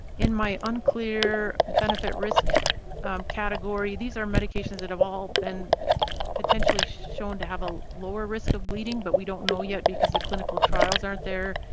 in my unclear benefit risk category these are medications that have all been potentially shown to have a lower risk of bleeding, but we don't know yet because the clinical trials aren't there.